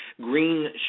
Green